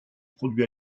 produits